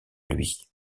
lui